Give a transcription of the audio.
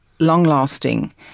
long-lasting